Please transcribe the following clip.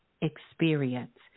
experience